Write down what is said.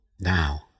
now